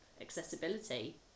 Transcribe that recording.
accessibility